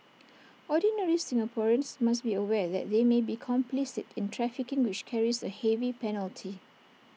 ordinary Singaporeans must be aware that they may be complicit in trafficking which carries A heavy penalty